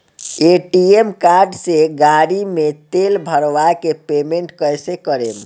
ATM card से गाड़ी मे तेल भरवा के पेमेंट कैसे करेम?